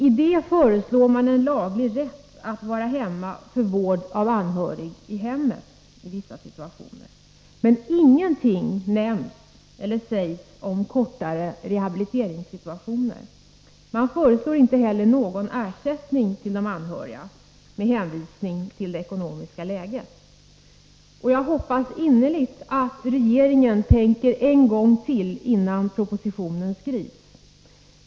I det föreslår man laglig rätt att vara hemma för vård av anhörig i hemmet. Men ingenting sägs om sådana rehabiliteringssituationer som gäller kortare tidsperioder. Man föreslår inte heller någon ersättning till de anhöriga, med hänvisning till det ekonomiska läget. Jag hoppas innerligt att regeringen överväger den frågan ytterligare en gång innan propositionen skrivs.